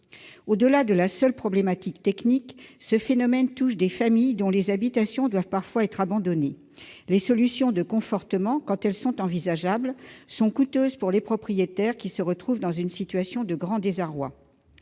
Au-delà de la seule problématique technique, ce phénomène touche des familles dont les habitations doivent parfois être abandonnées. Les solutions de confortement, quand elles sont envisageables, sont coûteuses pour les propriétaires, qui se retrouvent dans une situation de grand désarroi.